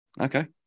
Okay